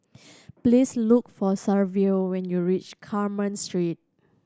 please look for Saverio when you reach Carmen Street